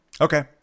Okay